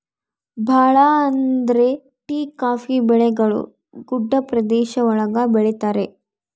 ಭಾಳ ಅಂದ್ರೆ tea coffee ಬೆಳೆಗಳು ಗುಡ್ಡ ಪ್ರದೇಶ ಒಳಗ ಬೆಳಿತರೆ